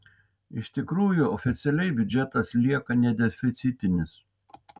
iš tikrųjų oficialiai biudžetas lieka nedeficitinis